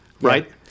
Right